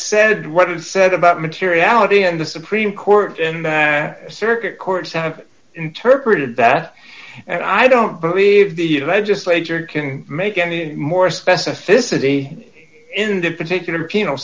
said what it said about materiality and the supreme court in the circuit courts have interpreted that and i don't believe the legislature can make any more specificity in that particular penal